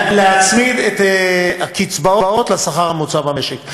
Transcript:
להצמיד את הקצבאות לשכר הממוצע במשק.